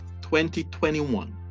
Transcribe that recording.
2021